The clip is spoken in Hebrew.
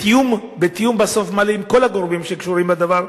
בתיאום מלא בסוף עם כל הגורמים שקשורים בדבר,